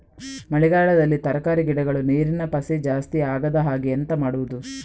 ಮಳೆಗಾಲದಲ್ಲಿ ತರಕಾರಿ ಗಿಡಗಳು ನೀರಿನ ಪಸೆ ಜಾಸ್ತಿ ಆಗದಹಾಗೆ ಎಂತ ಮಾಡುದು?